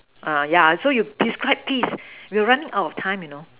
uh yeah so you describe please we're running out of time you know